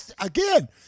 Again